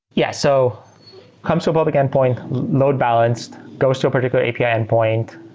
yeah. so comes to a public endpoint, load balanced, goes to a particular api endpoint.